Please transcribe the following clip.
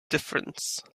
difference